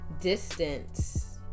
distance